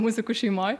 muzikų šeimoj